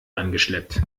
angeschleppt